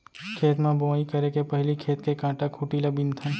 खेत म बोंवई करे के पहिली खेत के कांटा खूंटी ल बिनथन